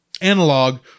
analog